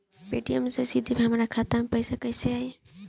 Paytm से सीधे हमरा खाता मे पईसा कइसे आई?